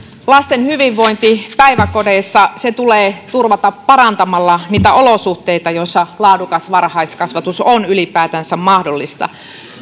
lasten hyvinvointi päiväkodeissa tulee turvata parantamalla niitä olosuhteita joissa laadukas varhaiskasvatus on ylipäätänsä mahdollista